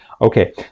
okay